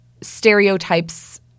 stereotypes